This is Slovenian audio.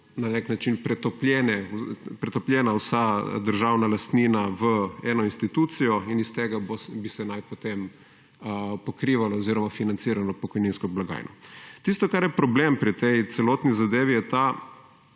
pretopljena vsa državna lastnina v eno institucijo in iz tega bi se naj potem pokrivalo oziroma financiralo pokojninsko blagajno. Tisto kar je problem pri tej celotni zadevi je ta,